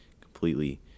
completely